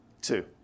Two